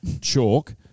Chalk